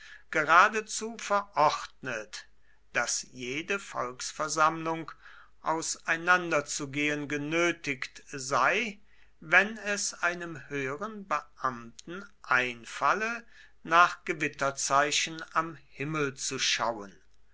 geradezu verordnet daß jede volksversammlung auseinanderzugehen genötigt sei wenn es einem höheren beamten einfalle nach gewitterzeichen am himmel zu schauen